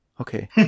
Okay